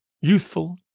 youthful